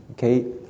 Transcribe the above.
Okay